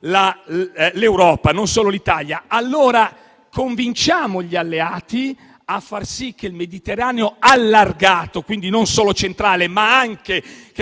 l'Europa, e non solo l'Italia. Allora, convinciamo gli Alleati a far sì che il Mediterraneo allargato - quindi non solo centrale, ma